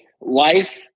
life